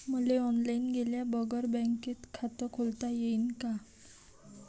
मले ऑनलाईन गेल्या बगर बँकेत खात खोलता येईन का?